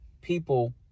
people